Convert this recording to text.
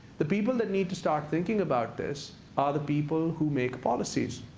the people that need to start thinking about this are the people who make policies.